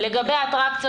לגבי אטרקציות?